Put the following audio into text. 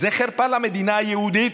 זו חרפה למדינה היהודית,